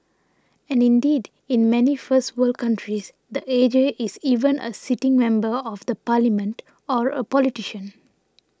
and indeed in many first world countries the A G is even a sitting member of the parliament or a politician